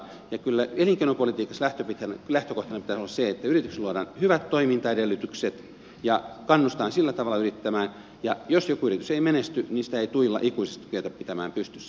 kyllä elinkeinopolitiikassa lähtökohtana pitäisi olla se että yrityksille luodaan hyvät toimintaedellytykset ja kannustetaan sillä tavalla yrittämään ja jos joku yritys ei menesty niin sitä ei tuilla ikuisesti kyetä pitämään pystyssä